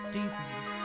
Deeply